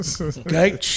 Okay